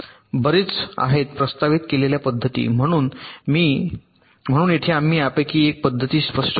बरेच आहेत प्रस्तावित केलेल्या पद्धती म्हणून येथे आम्ही यापैकी एक पद्धती स्पष्ट करतो